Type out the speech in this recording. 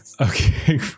Okay